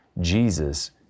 Jesus